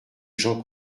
jean